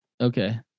Okay